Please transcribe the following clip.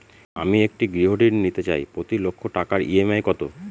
আমি একটি গৃহঋণ নিতে চাই প্রতি লক্ষ টাকার ই.এম.আই কত?